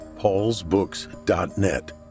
paulsbooks.net